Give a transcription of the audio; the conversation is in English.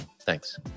thanks